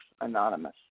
Anonymous